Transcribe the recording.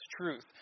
truth